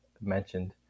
mentioned